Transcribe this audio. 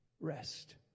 rest